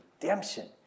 redemption